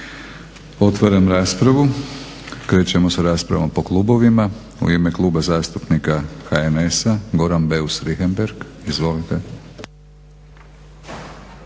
Otvaram raspravu. Krećemo sa raspravom po klubovima. U ime Kluba zastupnika HNS-a Goran Beus Richembergh. Izvolite.